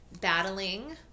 battling